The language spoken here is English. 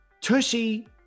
tushy